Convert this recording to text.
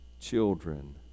children